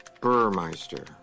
Burmeister